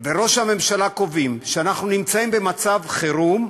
וראש הממשלה קובעים שאנחנו נמצאים במצב חירום,